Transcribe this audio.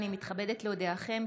אני מתכבדת להודיעכם,